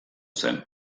zen